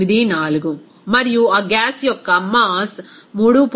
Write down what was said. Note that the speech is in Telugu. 0284 మరియు ఆ గ్యాస్ యొక్క మాస్ 3